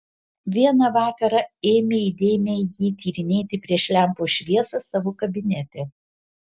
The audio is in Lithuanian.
vieną vakarą ėmė įdėmiai jį tyrinėti prieš lempos šviesą savo kabinete